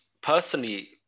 personally